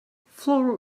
floral